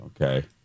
Okay